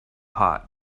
hot